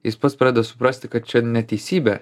jis pats pradeda suprasti kad čia neteisybė